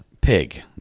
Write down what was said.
pig